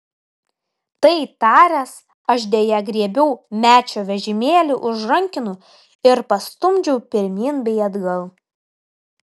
tai taręs aš deja griebiau mečio vežimėlį už rankenų ir pastumdžiau pirmyn bei atgal